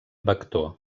vector